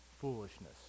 foolishness